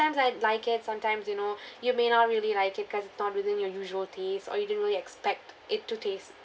I'd like it sometimes you know you may not really like it cause it's not within your usual taste or you didn't really expect it to taste